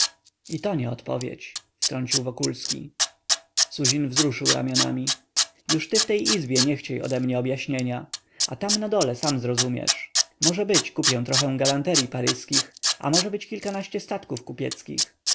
i to nie odpowiedź wtrącił wokulski suzin wzruszył ramionami już ty w tej izbie nie chciej odemnie objaśnienia a tam na dole sam zrozumiesz może być kupię trochę galanteryi paryskich a może być kilkanaście statków